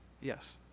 Yes